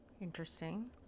Interesting